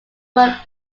work